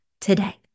today